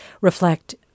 reflect